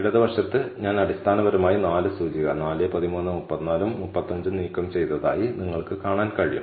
ഇടതുവശത്ത് ഞാൻ അടിസ്ഥാനപരമായി 4 സൂചിക 4 13 34 ഉം 35 ഉം നീക്കം ചെയ്തതായി നിങ്ങൾക്ക് കാണാൻ കഴിയും